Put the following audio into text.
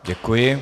Děkuji.